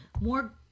more